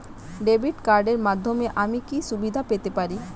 Debit কার্ডের মাধ্যমে আমি কি কি সুবিধা পেতে পারি?